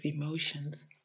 emotions